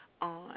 On